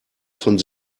von